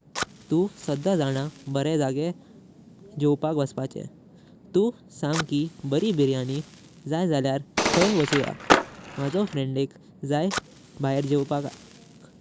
तू सदा जाण बारें जागे गवपाक वासपाचें। तू आतां सांग की बरी बिर्याणी जाएं झाल्यार काही वाचयें? माझो फ्रेंडिक जाएं भायर घेवपाक।